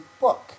book